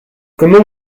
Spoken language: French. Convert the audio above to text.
comment